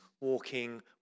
walking